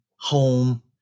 home